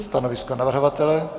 Stanovisko navrhovatele?